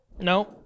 no